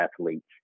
athletes